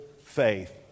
Faith